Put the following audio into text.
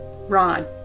Ron